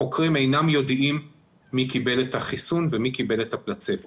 החוקרים אינם יודעים מי קיבל את החיסון ומי קיבל את הפלצבו